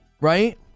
Right